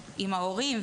עם ההורים,